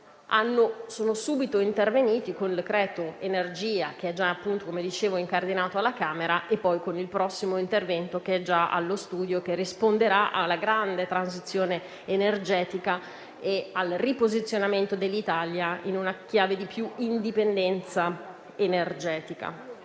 sono subito intervenuti con il decreto-legge energia, già incardinato alla Camera, e poi con il prossimo intervento, che è già allo studio e che risponderà alla grande transizione energetica e al riposizionamento dell'Italia in una chiave di maggiore indipendenza energetica.